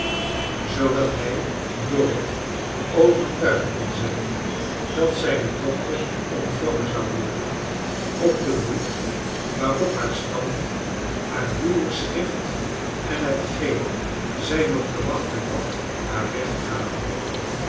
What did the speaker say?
zoodat hij dorrit overtuigd kon zijn dat zijne dochter ontvangen zou rworden op den voet waarop haar stand haar huwelijksgift en hetgeen zij nog te wachten had haar recht gaven